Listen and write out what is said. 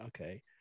okay